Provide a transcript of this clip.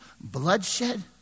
bloodshed